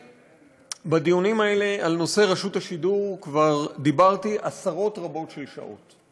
בדיונים האלה על נושא רשות השידור כבר דיברתי עשרות רבות של שעות,